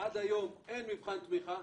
עד היום אין מבחן תמיכה,